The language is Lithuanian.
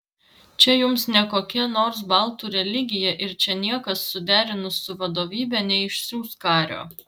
čia jums ne kokia nors baltų religija ir čia niekas suderinus su vadovybe neišsiųs kario